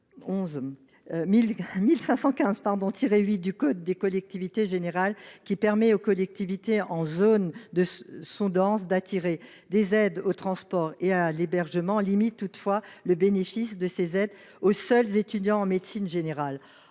du code des collectivités territoriales, qui permet aux collectivités en zones sous denses d’attirer des aides aux transports et à l’hébergement, limite le bénéfice de ces aides aux seuls étudiants en médecine générale.